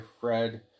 Fred